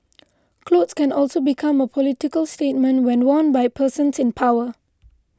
clothes can also become a political statement when worn by persons in power